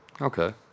okay